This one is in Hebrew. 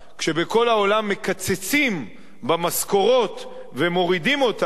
בכל העולם מקצצים במשכורות ומורידים אותן,